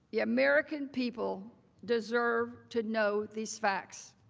the american people deserve to know these facts.